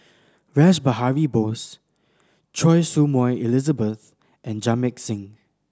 Rash Behari Bose Choy Su Moi Elizabeth and Jamit Singh